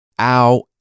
Ow